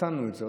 נתנו את זה.